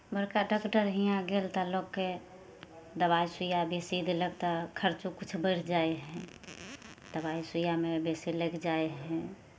बड़का डाक्टर हियाँ गेल तऽ लोकके दबाइ सुइया बेसी देलक तऽ खर्चो किछु बढ़ि जाइ हइ दबाइ सुइयामे बेसी लागि जाइ हइ